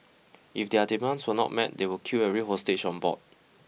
if their demands were not met they would kill every hostage on board